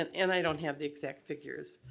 and i don't have the exact figures,